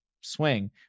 swing